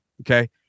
Okay